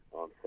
on